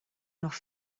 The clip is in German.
noch